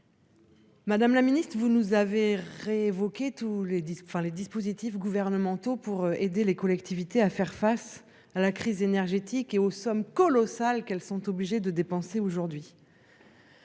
Madame la ministre, vous nous avez révoqué tous les disques, enfin les dispositifs gouvernementaux pour aider les collectivités à faire face à la crise énergétique et aux sommes colossales qu'elles sont obligées de dépenser aujourd'hui.